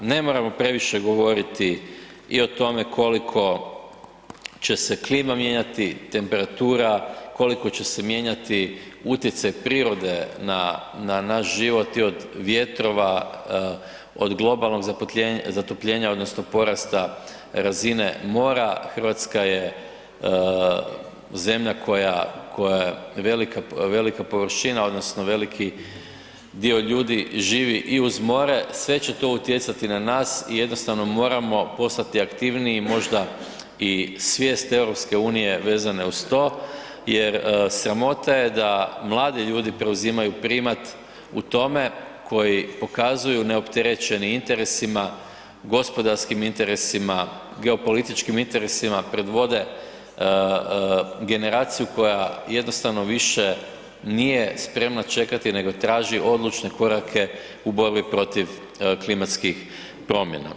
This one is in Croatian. Ne moramo previše govoriti i o tome koliko će se klima mijenjati, temperatura, koliko će se mijenjati utjecaj prirode na, na naš život od vjetrova, od globalnog zatopljenja odnosno porasta razine mora RH je zemlja koja, koja je velika, velika površina odnosno veliki dio ljudi živi i uz more, sve će to utjecati na nas i jednostavno moramo postati aktivniji, možda i svijest EU vezane uz to jer sramota je da mladi ljudi preuzimaju primat u tome koji pokazuju neopterećeni interesima, gospodarskim interesima, geopolitičkim interesima, predvode generaciju koja jednostavno više nije spremna čekati nego traži odlučne korake u borbi protiv klimatskih promjena.